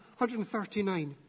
139